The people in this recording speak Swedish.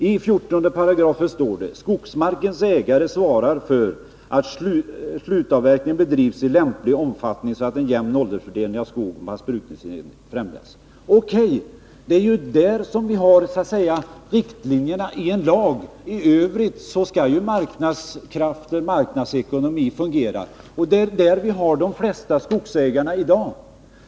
I den föreslagna 14§ står det: ”Skogsmarkens ägare svarar för att slutavverkning bedrivs i lämplig omfattning så att en jämn åldersfördelning av skogen på hans brukningsenhet främjas.” Det är där som vi har riktlinjerna i lagen; i övrigt skall marknadsekonomin fungera. De flesta skogsägarna följer dessa riktlinjer i lagen.